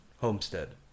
homestead